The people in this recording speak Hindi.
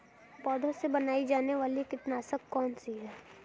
पौधों से बनाई जाने वाली कीटनाशक कौन सी है?